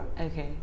Okay